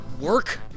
work